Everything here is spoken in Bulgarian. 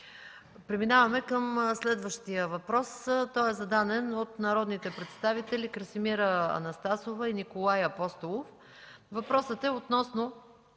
Преминаваме към следващия въпрос. Той е зададен от народните представители Красимира Анастасова и Николай Апостолов и е относно